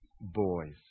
boys